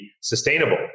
sustainable